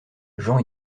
jean